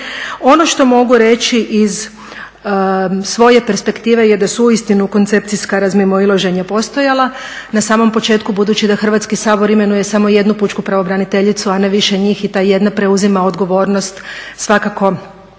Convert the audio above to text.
Ono što mogu reći iz svoje perspektive je da su uistinu koncepcijska razmimoilaženja postojala na samom početku, budući da Hrvatski sabor imenuje samo jednu pučku pravobraniteljicu, a ne više njih i ta jedna preuzima odgovornost. Svakako